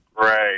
Right